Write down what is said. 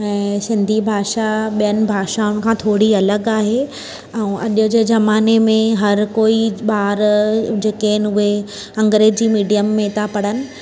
ऐं सिंधी भाषा ॿियनि भाषाउनि खां थोरी अलॻि आहे ऐं अॼु जे ज़माने में हरि कोई ॿारु जेके आहिनि उहे अंग्रेज़ी मिडिअम में था पढ़नि